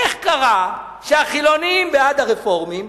איך קרה שהחילונים בעד הרפורמים,